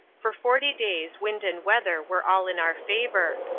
for forty days wind and weather were all in our favour,